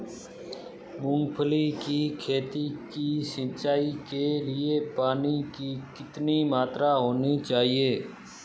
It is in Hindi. मूंगफली की खेती की सिंचाई के लिए पानी की कितनी मात्रा होनी चाहिए?